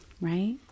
right